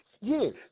Yes